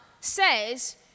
says